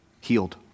Healed